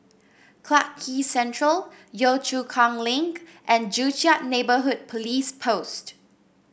Clarke Quay Central Yio Chu Kang Link and Joo Chiat Neighbourhood Police Post